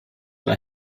bei